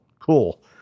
cool